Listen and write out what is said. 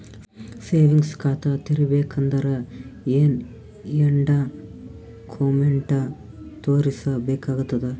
Savings ಖಾತಾ ತೇರಿಬೇಕಂದರ ಏನ್ ಏನ್ಡಾ ಕೊಮೆಂಟ ತೋರಿಸ ಬೇಕಾತದ?